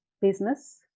business